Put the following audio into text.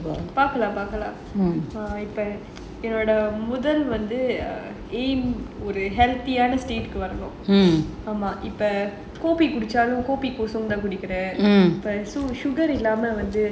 பாக்கலாம் பாக்கலாம் இப்ப என்னோட முதல் வந்து:paakalam pakalaam ippa ennoda muthal vanthu aim healthy வரணும் இப்ப:varanum ippa kopi kosong குடிக்கிறேன்:kudikkiraen sugar வந்து:vanthu